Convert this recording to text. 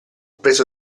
preso